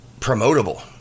promotable